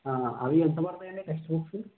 అవి ఎంత పడుతాయండి టెక్స్ట్ బుక్స్